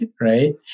right